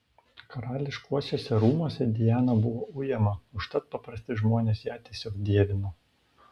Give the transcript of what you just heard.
karališkuosiuose rūmuose diana buvo ujama užtat paprasti žmonės ją tiesiog dievino